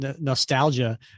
nostalgia